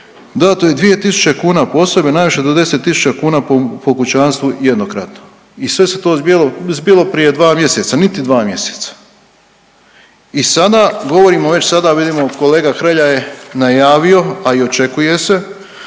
dato je 2 tisuće kuna po osobi, a najviše do 10 tisuća kuna po, po kućanstvu jednokratno i sve su to zbilo prije dva mjeseca, niti dva mjeseca. I sada, govorimo već sada, vidimo kolega Hrelja je najavio, a i očekuje se